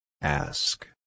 Ask